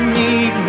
need